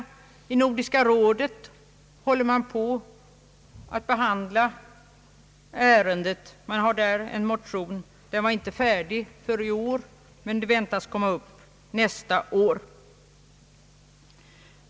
även i Nordiska rådet finns en motion som väntas komma upp till behandling nästa år.